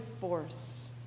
force